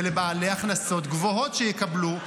זה לבעלי הכנסות גבוהות שיקבלו,